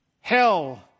Hell